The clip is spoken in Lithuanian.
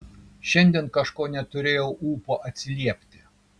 šiandien kažko neturėjau ūpo atsiliepti